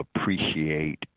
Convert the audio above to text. appreciate